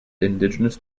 indigenous